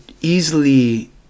easily